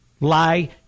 Lie